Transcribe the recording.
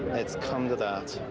it's come to that.